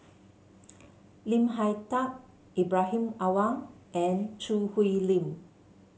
Lim Hak Tai Ibrahim Awang and Choo Hwee Lim